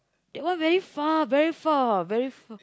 that one very far very far very far